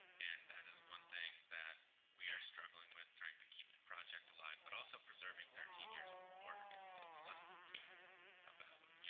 and that is one thing that we are struggling with, trying to keep the project alive but also preserving thirteen years of work. it's it's less about